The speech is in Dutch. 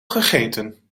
gegeten